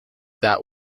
that